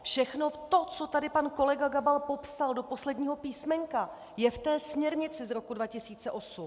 Všechno to, co tady pan kolega Gabal popsal, do posledního písmenka je ve směrnici z roku 2008.